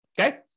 okay